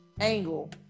angle